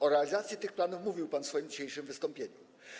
O realizacji tego planu mówił pan w swoim dzisiejszym wystąpieniu.